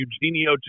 Eugenio